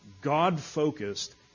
God-focused